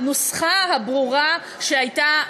הנוסחה הברורה שהייתה,